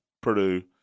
Purdue